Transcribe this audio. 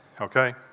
okay